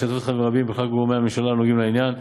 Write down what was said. בהשתתפות חברים רבים מכלל גורמי הממשלה הנוגעים לעניין: